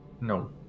No